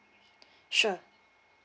sure